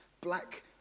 black